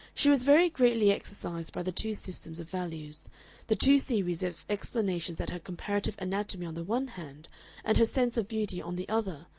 she was very greatly exercised by the two systems of values the two series of explanations that her comparative anatomy on the one hand and her sense of beauty on the other,